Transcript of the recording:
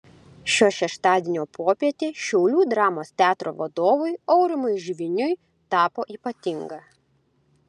šio šeštadienio popietė šiaulių dramos teatro vadovui aurimui žviniui tapo ypatinga